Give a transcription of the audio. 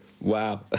Wow